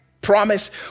promise